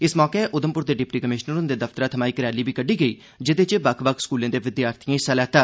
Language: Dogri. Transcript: इस मौके उधमपुर दे डिप्टी कमिशनर हुंदे दफ्तरै थमां इक रैली बी कड्डी गेई जेह्दे च बक्ख बक्ख स्कूलें दे विद्यार्थिए हिस्सा लैता